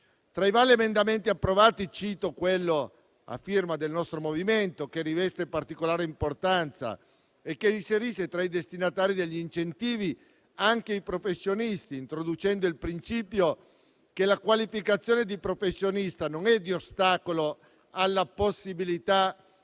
Tra i vari emendamenti approvati, cito quello a firma del nostro movimento, che riveste particolare importanza e inserisce tra i destinatari degli incentivi anche i professionisti, introducendo il principio che la qualificazione di professionista non è di ostacolo alla possibilità